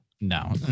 No